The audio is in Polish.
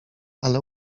ale